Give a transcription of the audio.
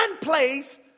place